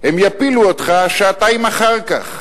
הם יפילו אותך שעתיים אחר כך,